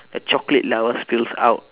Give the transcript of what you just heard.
the chocolate lava spills out